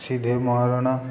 Shidev Maharana